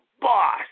boss